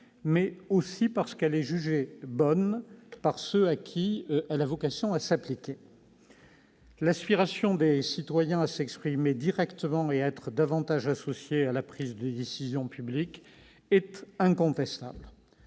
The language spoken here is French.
mais parce qu'elle est jugée bonne par ceux à qui elle a vocation à s'appliquer. L'aspiration des citoyens à s'exprimer directement et à être davantage associés à la prise des décisions publiques est incontestable.